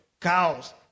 cows